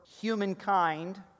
humankind